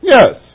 Yes